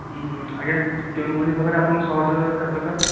ଆଜ୍ଞା କେଉଁଭଳି ଭାବରେ ଆପଣଙ୍କୁ ସାହାଯ୍ୟ ଦରକାର